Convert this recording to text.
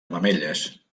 mamelles